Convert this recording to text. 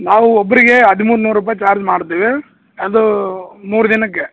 ನಾವು ಒಬ್ಬರಿಗೆ ಹದಿಮೂರು ನೂರು ರೂಪಾಯಿ ಚಾರ್ಜ್ ಮಾಡ್ತೀವಿ ಅದೂ ಮೂರು ದಿನಕ್ಕೆ